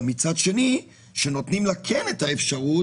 אבל מצד שני שנותנים לה כן אפשרות